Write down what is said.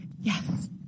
Yes